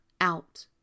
out